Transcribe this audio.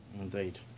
indeed